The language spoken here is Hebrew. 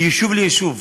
מיישוב ליישוב,